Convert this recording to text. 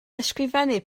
ysgrifennu